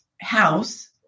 house